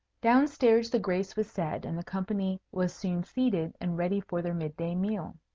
down stairs the grace was said, and the company was soon seated and ready for their mid-day meal.